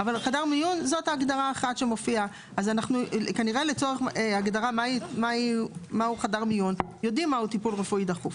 אז כנראה לצורך הגדרה מהו חדר מיון יודעים מהו טיפול רפואי דחוף.